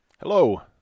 Hello